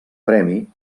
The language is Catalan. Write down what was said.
premi